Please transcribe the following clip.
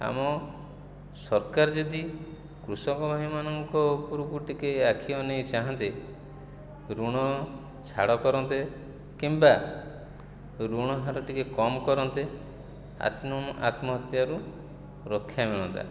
ଆମ ସରକାର ଯଦି କୃଷକ ଭାଇମାନଙ୍କ ଉପରକୁ ଟିକିଏ ଆଖି ଅନେଇ ଚାହାନ୍ତେ ଋଣ ଛାଡ଼ କରନ୍ତେ କିମ୍ବା ଋଣହାର ଟିକିଏ କମ୍ କରନ୍ତେ ଆତ୍ମ ଆତ୍ମହତ୍ୟାରୁ ରକ୍ଷା ମିଳନ୍ତା